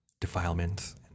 defilements